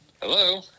Hello